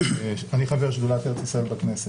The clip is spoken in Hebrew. אני חבר שדולת ארץ ישראל בכנסת.